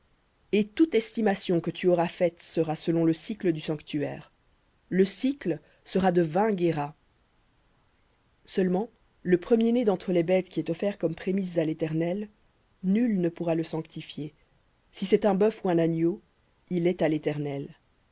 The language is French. et toute estimation que tu auras faite sera selon le sicle du sanctuaire le sicle sera de vingt guéras seulement le premier-né d'entre les bêtes qui est offert comme prémices à l'éternel nul ne pourra le sanctifier si c'est un bœuf ou un agneau il est à l'éternel